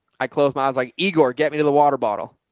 i closed my eyes, like igor, get me to the water bottle.